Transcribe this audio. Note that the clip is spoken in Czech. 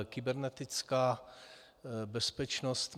Kybernetická bezpečnost.